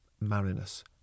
Marinus